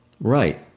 Right